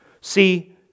See